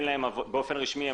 לא עובדים באופן רשמי,